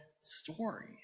story